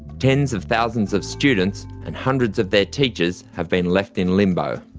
tens of thousands of students and hundreds of their teachers have been left in limbo.